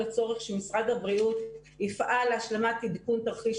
הצורך שמשרד הביטחון יפעל להשלמת עדכון תרחיש